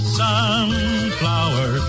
sunflower